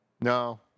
No